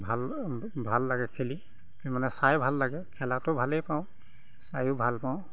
ভাল ভাল লাগে খেলি মানে চাই ভাল লাগে খেলাতো ভালেই পাওঁ চাইয়ো ভাল পাওঁ